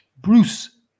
Bruce